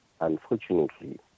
Unfortunately